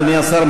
אדוני השר,